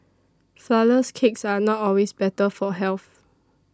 Flourless Cakes are not always better for health